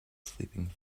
sleeping